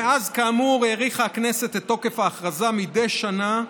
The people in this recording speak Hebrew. מאז, כאמור, האריכה הכנסת את תוקף ההכרזה מדי שנה,